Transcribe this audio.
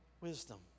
wisdom